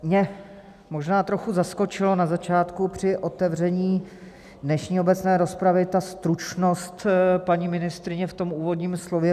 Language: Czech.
Mě možná trochu zaskočila na začátku při otevření dnešní obecné rozpravy stručnost paní ministryně v úvodním slově.